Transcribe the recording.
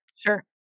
sure